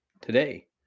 Today